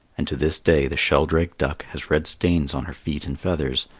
and to this day the sheldrake duck has red stains on her feet and feathers,